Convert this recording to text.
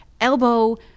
elbow